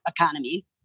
economy